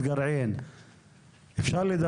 שכולם יבינו,